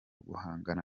guhangana